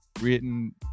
written